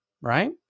right